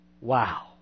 Wow